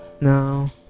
No